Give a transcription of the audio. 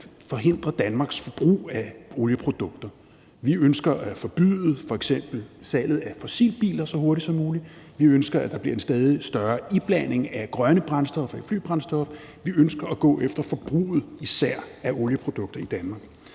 forhindre Danmarks brug af olieprodukter. Vi ønsker at forbyde f.eks. salget af fossilbiler så hurtigt som muligt; vi ønsker, at der bliver en stadig større iblanding af grønne brændstoffer i flybrændstof; vi ønsker at gå efter forbruget af især olieprodukter i Danmark.